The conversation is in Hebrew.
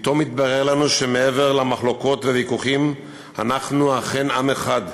פתאום התברר לנו שמעבר למחלוקות וויכוחים אנחנו אכן עם אחד,